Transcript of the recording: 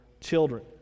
children